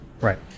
right